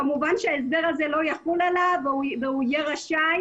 כמובן שההסדר הזה לא יחול עליו והוא יהיה רשאי